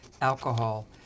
alcohol